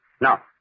Now